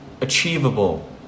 Achievable